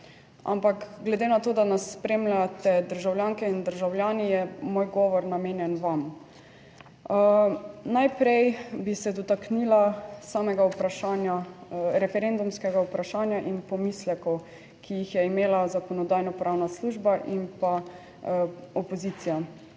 Ampak glede na to, da nas spremljate, državljanke in državljani, je moj govor namenjen vam. Najprej bi se dotaknila samega vprašanja referendumskega vprašanja in pomislekov, ki jih je imela Zakonodajno-pravna služba in pa opozicija.